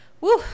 Woo